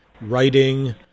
writing